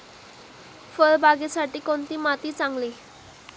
फळबागेसाठी कोणती माती चांगली?